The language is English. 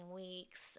weeks